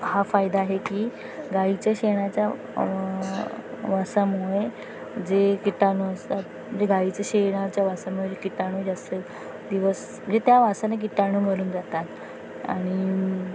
हा फायदा आहे की गाईच्या शेणाच्या वासामुळे जे कीटाणू असतात जे गाईच्या शेणाच्या वासामुळे जे कीटाणू जास्त दिवस म्हणजे त्या वासाने कीटाणू मरून जातात आणि